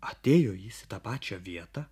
atėjo jis į tą pačią vietą